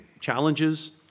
challenges